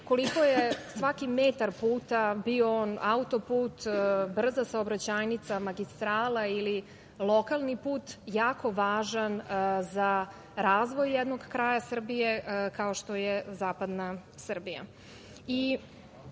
koliko je svaki metar puta, bio on auto-put, brza saobraćajnica, magistrala ili lokalni put, jako važan za razvoj jednog kraja Srbije, kao što je zapadna Srbija. Da